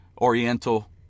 Oriental